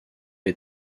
est